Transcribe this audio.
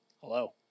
Hello